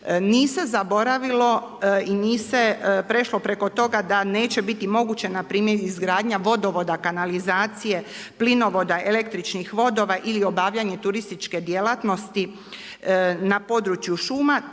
se zaboravilo i nije se prešlo preko toga da neće biti moguće na primjer izgradnja vodovoda, kanalizacije, plinovoda, električnih vodova ili obavljanje turističke djelatnosti na području šuma.